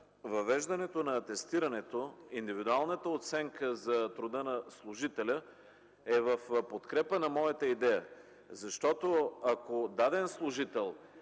въвеждането на атестирането, индивидуалната оценка за труда на служителя е в подкрепа на моята идея, защото, ако даден служител